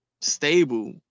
stable